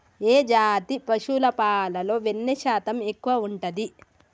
ఏ జాతి పశువుల పాలలో వెన్నె శాతం ఎక్కువ ఉంటది?